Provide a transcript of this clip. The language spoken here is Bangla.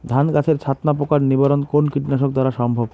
ধান গাছের ছাতনা পোকার নিবারণ কোন কীটনাশক দ্বারা সম্ভব?